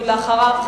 ואחריו,